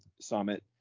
summit